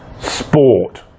Sport